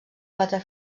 quatre